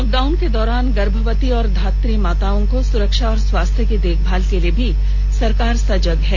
lockdown के दौरान गर्भवती और धात्री माताओं की सुरक्षा और स्वास्थ्य की देखभाल के लिए भी सरकार सजग है